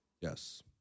Yes